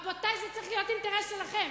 רבותי, זה צריך להיות האינטרס שלכם.